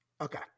okay